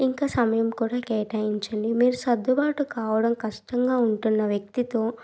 ఇంక సమయం కూడా కేటాయించండి మీరు సర్దుబాటు కావడం కష్టంగా ఉంటున్న వ్యక్తితో